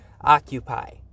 occupy